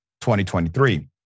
2023